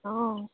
অ